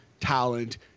talent